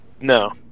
no